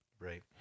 Right